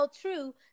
true